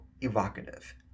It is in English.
evocative